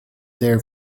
there